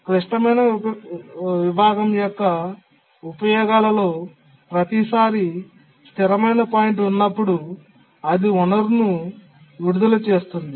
క్లిష్టమైన విభాగం యొక్క ఉపయోగాలలో ప్రతిసారీ స్థిరమైన పాయింట్ ఉన్నప్పుడు అది వనరును విడుదల చేస్తుంది